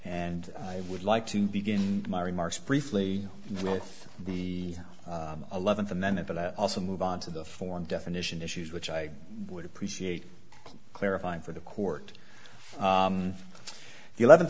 and i would like to begin my remarks briefly with the eleventh and then at that i also move on to the foreign definition issues which i would appreciate clarifying for the court the eleventh